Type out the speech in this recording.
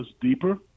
deeper